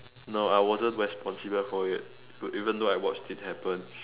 no I wasn't responsible for it even though I watched it happen